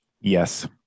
Yes